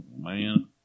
man